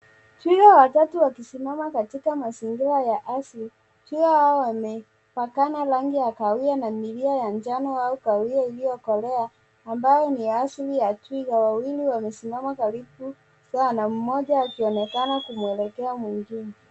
Twiga watatu wakisimama katika mazingira ya asili. Twiga hao wamepakana rangi ya kahawia na milia ya njano au kahawia iliyokolea ambayo ni asili ya twiga wawili wamesimama karibu yao na mmoja anaonekana kumwelekea mwingine.